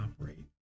operate